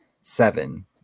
seven